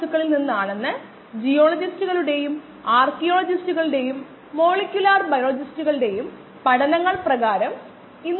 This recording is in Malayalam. നമ്മൾ പറഞ്ഞ ചില റിയാക്ടറുകൾ 3 പ്രവർത്തന രീതികളിലും അവ പ്രവർത്തിപ്പിക്കാനുള്ള എല്ലാ 3 മോഡുകളിലേക്കും നന്നായി യോജിക്കുന്നു അവയിൽ ചിലത് പ്രവർത്തിക്കുന്നില്ല